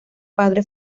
padre